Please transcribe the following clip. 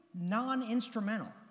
non-instrumental